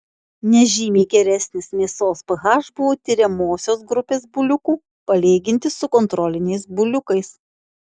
nežymiai geresnis mėsos ph buvo tiriamosios grupės buliukų palyginti su kontroliniais buliukais